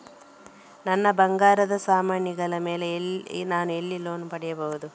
ನನ್ನ ಬಂಗಾರ ಸಾಮಾನಿಗಳ ಮೇಲೆ ನಾನು ಎಲ್ಲಿ ಲೋನ್ ಪಡಿಬಹುದು?